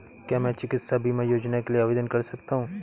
क्या मैं चिकित्सा बीमा योजना के लिए आवेदन कर सकता हूँ?